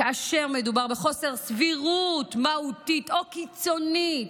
כאשר מדובר בחוסר סבירות מהותית או קיצונית,